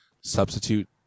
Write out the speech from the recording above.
substitute